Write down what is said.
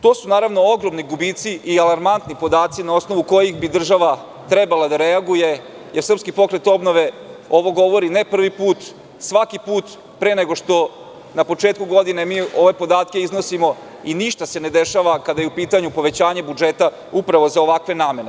To su, naravno, ogromni gubici i alarmantni podaci na osnovu kojih bi država trebala da reaguje, jer SPO ovo govori ne prvi put, svaki put pre nego što na početku godine mi ove podatke iznosimo i ništa se ne dešava kada je u pitanju povećanje budžeta, upravo za ovakve namene.